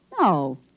No